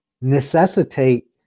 necessitate